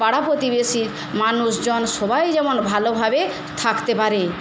পাড়া প্রতিবেশী মানুষজন সবাই যেন ভালোভাবে থাকতে পারে